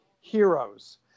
Heroes